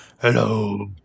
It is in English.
hello